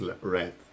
red